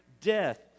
death